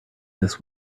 this